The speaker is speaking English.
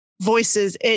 voices